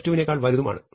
g2 ഉം ആണ്